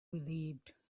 relieved